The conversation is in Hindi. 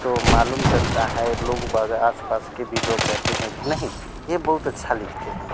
तो मालूम चलता है लोग बा आस पास के भी लोग कहते हैं कि नहीं यह बहुत अच्छा लिखते हैं